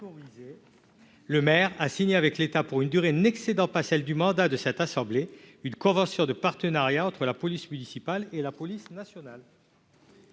le maire à signer avec l'État, pour une durée n'excédant pas celle du mandat de cette assemblée, une convention de partenariat entre la police municipale et la police nationale.